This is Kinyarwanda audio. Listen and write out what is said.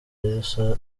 yesu